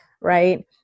right